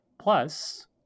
Plus